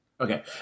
Okay